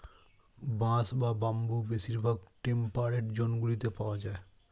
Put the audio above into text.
বাঁশ বা বাম্বু বেশিরভাগ টেম্পারেট জোনগুলিতে পাওয়া যায়